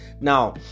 Now